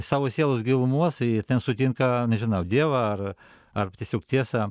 savo sielos gilumos i ten sutinka nežinau dievą ar ar tiesiog tiesą